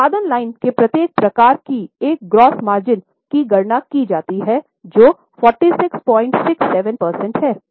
उत्पाद लाइन के प्रत्येक प्रकार की एक ग्रॉस मार्जिन की गणना की जाती है जो 4667 प्रतिशत है